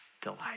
delight